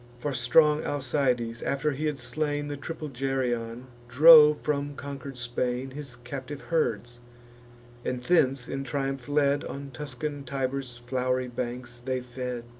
for strong alcides, after he had slain the triple geryon, drove from conquer'd spain his captive herds and, thence in triumph led, on tuscan tiber's flow'ry banks they fed.